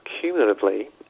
cumulatively